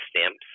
stamps